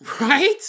Right